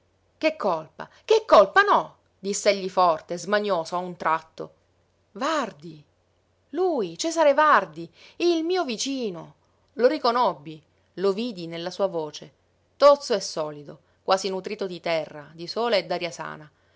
che colpa che colpa no diss'egli forte smanioso a un tratto vardi lui cesare vardi il mio vicino lo riconobbi lo vidi nella sua voce tozzo e solido quasi nutrito di terra di sole e d'aria sana